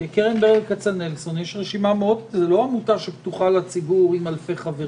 כי קרן ברל כצנלסון זו לא עמותה שפתוחה לציבור עם אלפי חברים.